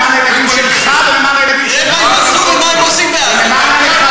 למה הם לא הקימו פה מדינה?